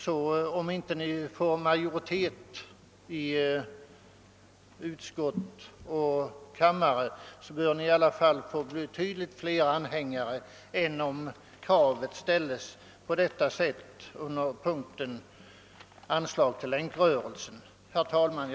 även om ni inte får majoritet i utskott och kammare, bör ni i varje fall få betydligt flera anhängare än om kravet ställs på det: ta sätt under punkten Bidrag till Länkrörelsen m.m. Herr talman!